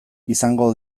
izango